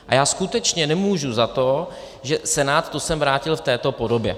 A já skutečně nemůžu za to, že Senát to sem vrátil v této podobě.